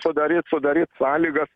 sudaryt sudaryt sąlygas